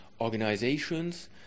organizations